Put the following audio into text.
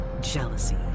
Jealousy